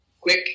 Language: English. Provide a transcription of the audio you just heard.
quick